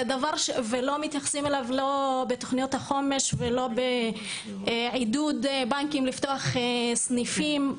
לא מתייחסים לזה לא בתוכניות החומש ולא בעידוד בנקים לפתוח סניפים,